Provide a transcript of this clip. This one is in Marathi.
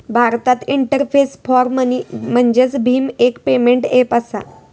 भारत इंटरफेस फॉर मनी म्हणजेच भीम, एक पेमेंट ऐप असा